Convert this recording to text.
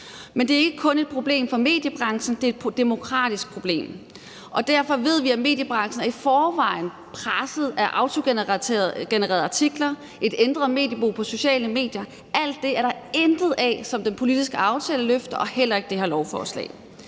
Men det er ikke kun et problem for mediebranchen, det er et demokratisk problem. Vi ved, at mediebranchen i forvejen er presset af autogenererede artikler og et ændret mediebrug på de sociale medier. Der er intet af det, som den politiske aftale løfter, og det gør det her lovforslag